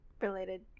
related